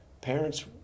parents